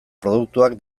produktuak